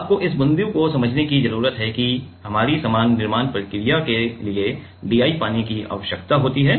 आपको इस बिंदु को समझने की जरूरत है कि हमारी सामान्य निर्माण प्रक्रिया के लिए DI पानी की आवश्यकता होती है